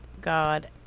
God